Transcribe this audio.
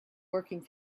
working